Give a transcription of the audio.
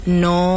no